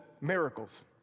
miracles